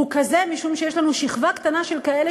הוא כזה משום שיש לנו שכבה קטנה של כאלה